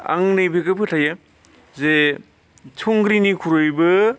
आं नैबेखौ फोथायो जे थुंग्रिनिख्रुयबो